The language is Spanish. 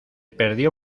perdió